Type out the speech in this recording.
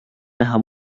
näha